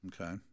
Okay